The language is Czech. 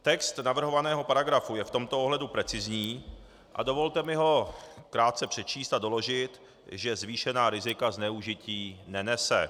Text navrhovaného paragrafu je v tomto ohledu precizní a dovolte mi ho krátce přečíst a doložit, že zvýšená rizika zneužití nenese.